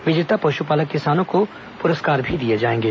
विजेता पशुपालक किसानों को पुरस्कार भी दिए जाएंगे